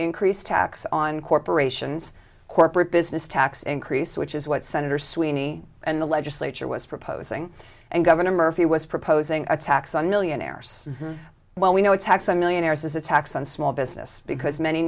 increase taxes on corporations corporate business tax increase which is what senator sweeney and the legislature was proposing and governor murphy was proposing a tax on millionaires well we know it's had some millionaire says a tax on small business because many